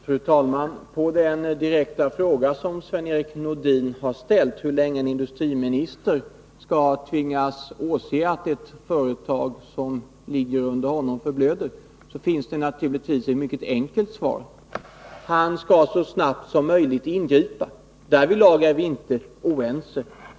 Fru talman! På den direkta fråga som Sven-Erik Nordin har ställt om hur länge en industriminister skall tvingas åse att ett företag som sorterar under honom förblöder, finns det naturligtvis ett mycket enkelt svar, nämligen att han så snabbt som möjligt skall ingripa. Därvidlag är vi inte oense.